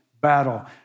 battle